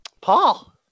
Paul